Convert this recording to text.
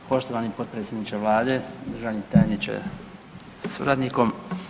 Poštovani potpredsjedniče Vlade, državni tajniče sa suradnikom.